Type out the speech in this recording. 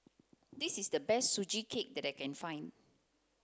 this is the best sugee cake that I can find